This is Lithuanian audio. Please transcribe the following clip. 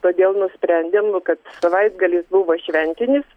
todėl nusprendėm nu kad savaitgalis buvo šventinis